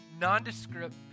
nondescript